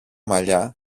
μαλλιά